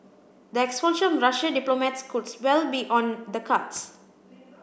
the expulsion of Russian diplomats could well be on the cards